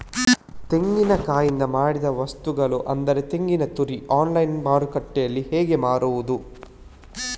ತೆಂಗಿನಕಾಯಿಯಿಂದ ಮಾಡಿದ ವಸ್ತುಗಳು ಅಂದರೆ ತೆಂಗಿನತುರಿ ಆನ್ಲೈನ್ ಮಾರ್ಕೆಟ್ಟಿನಲ್ಲಿ ಹೇಗೆ ಮಾರುದು?